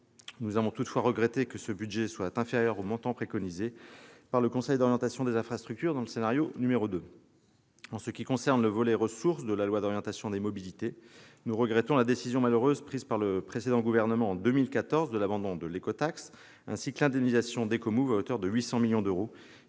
Nous avons toutefois regretté que ce budget soit inférieur au montant préconisé par le Conseil d'orientation des infrastructures dans son scénario 2. En ce qui concerne le volet relatif aux ressources du projet de loi d'orientation des mobilités, nous regrettons la décision malheureuse, prise par le précédent gouvernement, en 2014, de l'abandon de l'écotaxe ainsi que l'indemnisation d'Écomouv à hauteur de 800 millions d'euros,